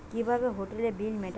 কিভাবে হোটেলের বিল মিটাব?